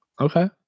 Okay